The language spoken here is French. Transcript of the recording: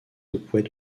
houphouët